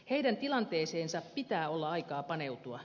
heidän tilanteeseensa pitää olla aikaa paneutua